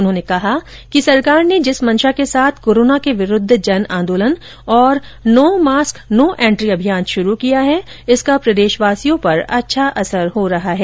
उन्होंने कहा कि सरकार ने जिस मंशा के साथ कोरोना के विरूद्ध जन आन्दोलन तथा नो मास्क नो एन्ट्री अभियान शुरू किया है इसका प्रदेशवासियों के बीच अच्छा असर हो रहा है